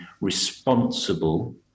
responsible